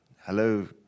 Hello